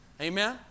Amen